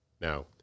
Now